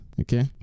okay